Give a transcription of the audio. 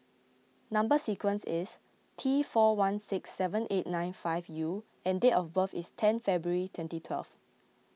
Number Sequence is T four one six seven eight nine five U and date of birth is ten February twenty twelve